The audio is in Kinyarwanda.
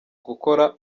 gukora